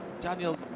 Daniel